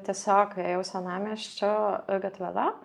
tiesiog ėjau senamiesčio gatvele